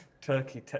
Turkey